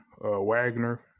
wagner